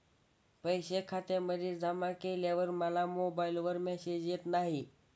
पैसे खात्यामध्ये जमा केल्यावर मला मोबाइलवर मेसेज येत नाही?